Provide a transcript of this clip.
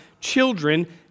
children